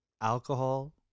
alcohol